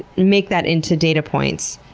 make that into data points?